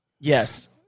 Yes